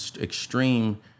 extreme